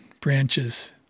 branches